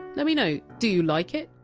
and um you know do you like it?